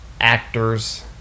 actors